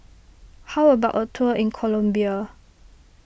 how about a tour in Colombia